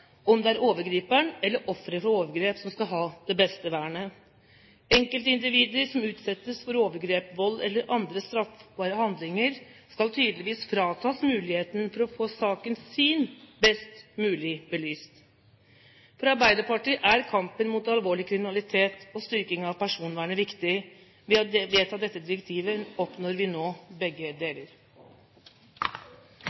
om det er overgriperen eller offeret for overgrep som skal ha det beste vernet. Enkeltindivider som utsettes for overgrep, vold eller andre straffbare handlinger, skal tydeligvis fratas muligheten til å få saken sin best mulig belyst. For Arbeiderpartiet er kampen mot alvorlig kriminalitet og styrking av personvernet viktig. Ved å vedta dette direktivet oppnår vi nå begge